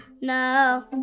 No